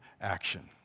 action